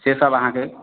से सब अहाँके